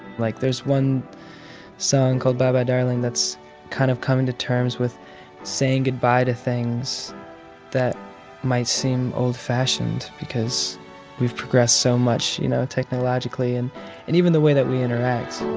like, there's one song called bye-bye darling that's kind of coming to terms with saying goodbye to things that might seem old-fashioned because we've progressed so much, you know, technologically and and even the way that we interact